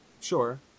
sure